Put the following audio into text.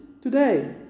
today